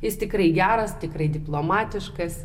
jis tikrai geras tikrai diplomatiškas